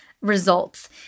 results